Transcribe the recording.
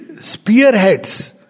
spearheads